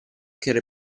che